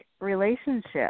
relationship